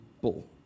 bull